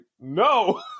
no